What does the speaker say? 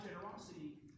generosity